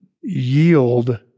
yield